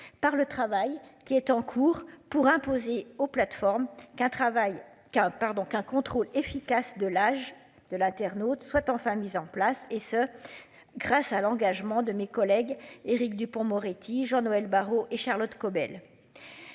par le travail qui est en cours pour imposer aux plateformes qu'un travail qu'un pardon qu'un contrôle efficace de l'âge de l'internaute soit enfin mise en place et ce. Grâce à l'engagement de mes collègues. Éric Dupond-Moretti Jean-Noël Barrot et Charlotte Caubel.